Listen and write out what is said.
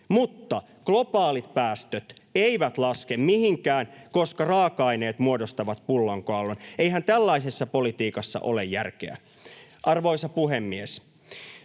mutta globaalit päästöt eivät laske mihinkään, koska raaka-aineet muodostavat pullonkaulan. Eihän tällaisessa politiikassa ole järkeä. Arvoisa puhemies!